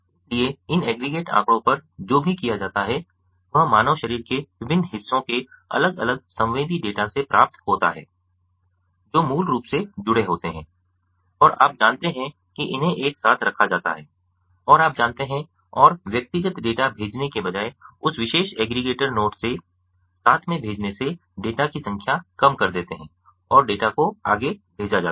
इसलिए इन एग्रीगेट आंकड़ों पर जो भी किया जाता है वह मानव शरीर के विभिन्न हिस्सों के अलग अलग संवेदी डेटा से प्राप्त होता है जो मूल रूप से जुड़े होते हैं और आप जानते हैं कि इन्हें एक साथ रखा जाता है और आप जानते हैं और व्यक्तिगत डेटा भेजने के बजाय उस विशेष एग्रीगेटर नोड से साथ में भेजने से डेटा की संख्या कम कर देते हैं और डेटा को आगे भेजा जाता है